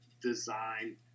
design